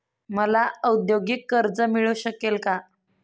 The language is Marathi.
मला औद्योगिक कर्ज मिळू शकेल का?